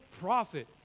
profit